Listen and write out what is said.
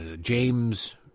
James